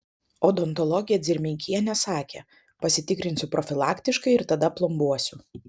odontologė dzermeikienė sakė pasitikrinsiu profilaktiškai ir tada plombuosiu